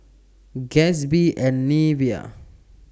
Gatsby and Nivea